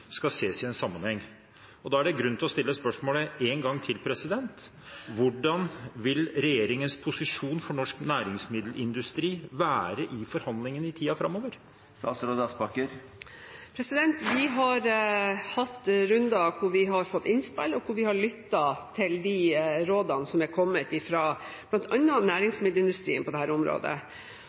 skal ses i en sammenheng. Da er det grunn til å stille spørsmålet en gang til: Hvordan vil regjeringens posisjon for norsk næringsmiddelindustri være i forhandlingene i tiden framover? Vi har hatt runder hvor vi har fått innspill, og hvor vi har lyttet til de rådene som er kommet fra bl.a. næringsmiddelindustrien på dette området. Så kan ikke jeg – det